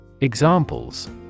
Examples